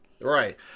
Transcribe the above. Right